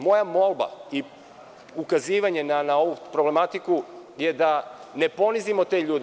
Moja molba i ukazivanje na ovu problematiku je da ne ponizimo te ljude.